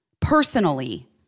Personally